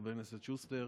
חבר הכנסת שוסטר: